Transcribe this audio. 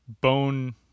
bone